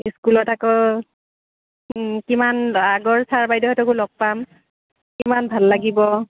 স্কুলত আকৌ কিমান আগৰ ছাৰ বাইদেউহঁতকো লগ পাম কিমান ভাল লাগিব